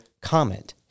comment